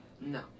No